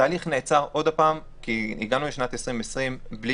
התהליך נעצר עוד הפעם כי הגענו לשנת 2020 בלי